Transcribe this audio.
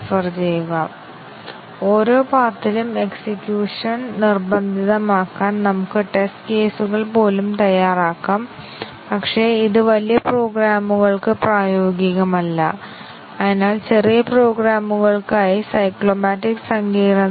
ഇപ്പോൾ MCDC coverage നേടുന്ന test കേസുകൾ ഏതെന്ന് കണ്ടെത്തിയാൽ അത് 2 3 4 6 അല്ലെങ്കിൽ 2 3 4 7 അല്ലെങ്കിൽ 1 2 3 4 5